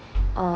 uh